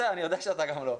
אני יודע שאתה גם לא.